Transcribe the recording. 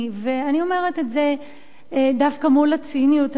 ואני אומרת את זה דווקא מול הציניות הזאת,